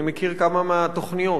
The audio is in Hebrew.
אני מכיר כמה מהתוכניות.